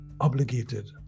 obligated